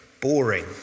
boring